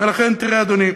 ולכן, תראה, אדוני,